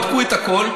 בדקו את הכול.